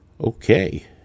Okay